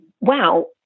Wow